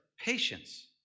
patience